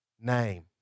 name